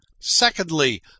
secondly